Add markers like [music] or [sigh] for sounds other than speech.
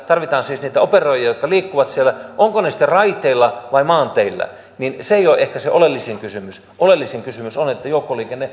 tarvitaan siis niitä operoijia jotka liikkuvat siellä ovatko ne sitten raiteilla vai maanteillä ei ole ehkä se oleellisin kysymys oleellisin kysymys on että joukkoliikenne [unintelligible]